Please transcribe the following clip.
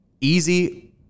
easy